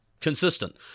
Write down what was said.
consistent